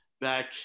back